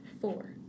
Four